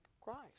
Christ